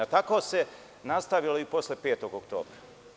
Tako se nastavilo i posle 5. oktobra.